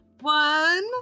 one